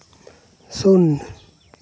ᱥᱩᱱ